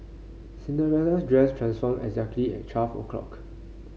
Cinderella's dress transformed exactly at twelve o'clock